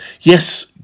Yes